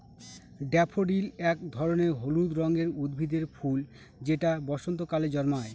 daffodil এক ধরনের হলুদ রঙের উদ্ভিদের ফুল যেটা বসন্তকালে জন্মায়